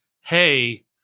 Hey